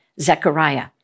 Zechariah